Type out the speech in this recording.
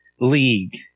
league